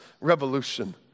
Revolution